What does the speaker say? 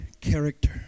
character